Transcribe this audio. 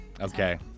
Okay